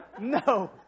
no